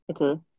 Okay